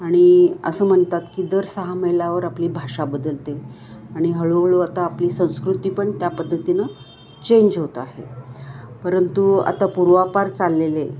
आणि असं म्हणतात की दर सहा मैलावर आपली भाषा बदलते आणि हळूहळू आता आपली संस्कृती पण त्या पद्धतीनं चेंज होत आहे परंतु आता पूर्वापार चाललेले